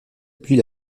puis